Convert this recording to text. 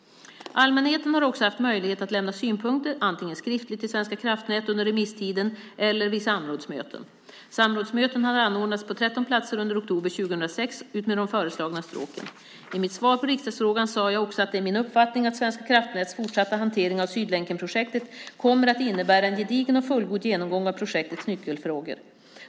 Allmänheten har också haft möjlighet att lämna synpunkter, antingen skriftligt till Svenska kraftnät under remisstiden eller vid samrådsmöten. Samrådsmöten har anordnats på 13 platser under oktober 2006 utmed de föreslagna stråken. I mitt svar på riksdagsfrågan sade jag också att det är min uppfattning att Svenska kraftnäts fortsatta hantering av Sydlänkenprojektet kommer att innebära en gedigen och fullgod genomgång av projektets nyckelfrågor.